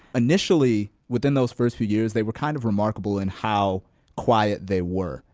initially, within those first few years, they were kind of remarkable in how quiet they were.